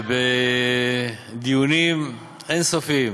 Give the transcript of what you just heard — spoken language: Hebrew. ובדיונים אין-סופיים